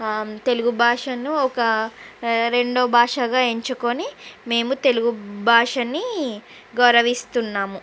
తెలుగు భాషను ఒక రెండో భాషగా ఎంచుకొని మేము తెలుగు భాషని గౌరవిస్తున్నాము